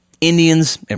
Indians